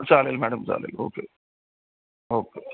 चालेल मॅडम चालेल okay okay